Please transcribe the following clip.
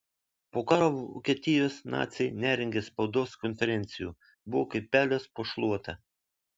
po karo vokietijos naciai nerengė spaudos konferencijų buvo kaip pelės po šluota